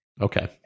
okay